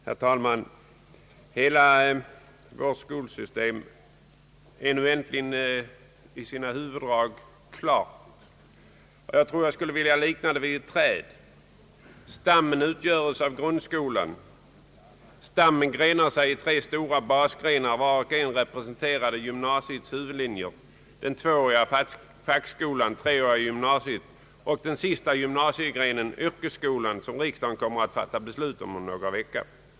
Herr talman! Vårt skolsystem är nu äntligen i sina huvuddrag klart. Jag skulle vilja likna det vid ett träd. Stam men utgöres av grundskolan. Stammen grenar sig i tre stora basgrenar, var och en representerande gymnasiestadiets huvudlinjer, den 2-åriga fackskolan, det 3-åriga gymnasiet och den sista gymnasiegrenen, yrkesskolan, om vilken riksdagen kommer att fatta beslut om någon vecka.